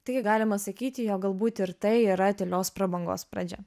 taigi galima sakyti jog galbūt ir tai yra tylios prabangos pradžia